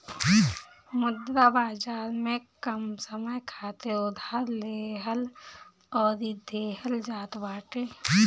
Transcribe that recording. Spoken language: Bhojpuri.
मुद्रा बाजार में कम समय खातिर उधार लेहल अउरी देहल जात बाटे